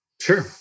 Sure